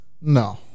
No